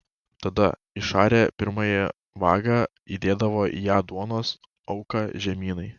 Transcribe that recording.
tada išarę pirmąją vagą įdėdavo į ją duonos auką žemynai